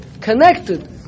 connected